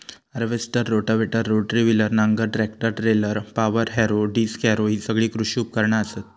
harvester, rotavator, rotary tiller, नांगर, tractor trailer, power harrow, disc harrow हि सगळी कृषी उपकरणा असत